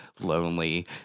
lonely